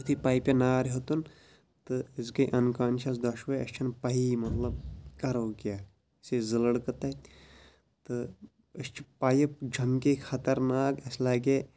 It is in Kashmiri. یِتھُے پایپہِ نار ہیوٚتُن تہٕ أسۍ گٔے اَنکانشَس دۄشوے اَسہِ چھَنہٕ پَیی مطلب کَرو کیاہ أسۍ ٲسۍ زٕ لڑکہٕ تَتہِ تہِ أسۍ چھِ پایِپ جَمکے خطرناک اَسہِ لاگے